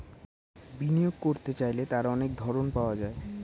বিনিয়োগ করতে চাইলে তার অনেক ধরন পাওয়া যায়